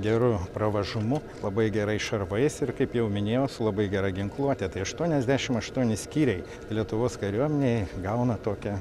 geru pravažumu labai gerais šarvais ir kaip jau minėjau su labai gera ginkluote tai aštuoniasdešim aštuoni skyriai lietuvos kariuomenė gauna tokią